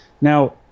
Now